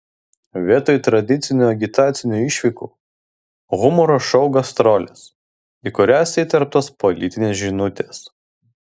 vietoj tradicinių agitacinių išvykų humoro šou gastrolės į kurias įterptos politinės žinutės